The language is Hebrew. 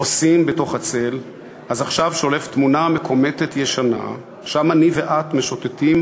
חוסים בתוך הצל / אז עכשיו שולף תמונה מקומטת ישנה / שם אני ואת משוטטים